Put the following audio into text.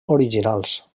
originals